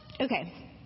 Okay